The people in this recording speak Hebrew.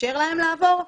לאפשר להם לעבור,